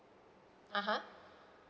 (uh huh)